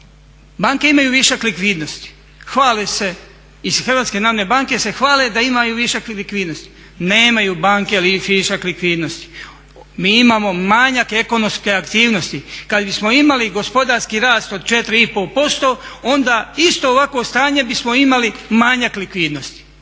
Banke imaju višak likvidnosti. Hvale se, iz Hrvatske narodne banke se hvale da imaju višak likvidnosti. Nemaju banke višak likvidnosti. Mi imamo manjak ekonomske aktivnosti. Kad bismo imali gospodarski rast od 4 i pol posto, onda isto ovakvo stanje bismo imali manjak likvidnosti.